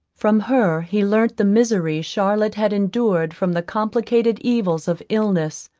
from her he learnt the misery charlotte had endured from the complicated evils of illness,